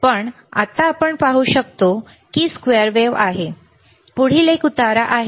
पण आत्ता आपण पाहू शकतो की वेव्ह स्क्वेअर आहे पुढील एक उतारा आहे